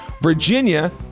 Virginia